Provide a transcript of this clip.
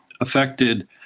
affected